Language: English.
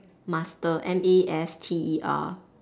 master M A S T E R